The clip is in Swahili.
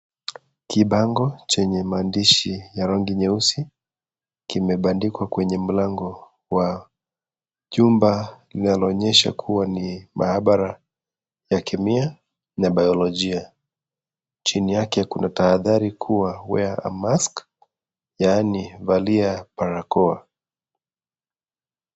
Kibango chenye maandishi, ya rangi nyeusi, kimebandikwa kwenye mlango, wa, jumba, linalo onyesha kuwa ni mahabara, ya kemia, na bayologia, chini yake kuna tahathari kuwa, (cs)where a mask(cs), yaani, valia, barakoa.